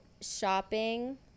shopping